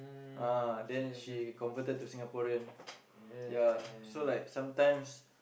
ah then she converted to Singaporean ya so like sometimes